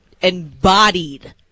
embodied